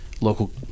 local